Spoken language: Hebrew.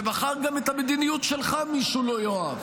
ומחר גם את המדיניות שלך מישהו לא יאהב